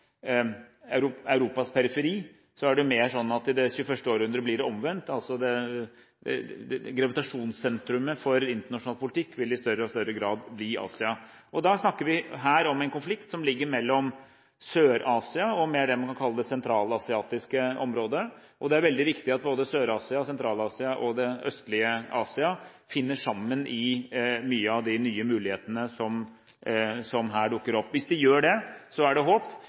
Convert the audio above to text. Europas periferi, er det mer sånn at det i det tjueførste århundret blir omvendt, at gravitasjonssentrumet for internasjonal politikk i større og større grad vil bli Asia. Vi snakker her om en konflikt som ligger mellom Sør-Asia og mer det man kan kalle det sentral-asiatiske området. Det er veldig viktig at både Sør-Asia, Sentral-Asia og det østlige Asia finner sammen i mange av de nye mulighetene som her dukker opp. Hvis de gjør det, er det håp.